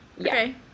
Okay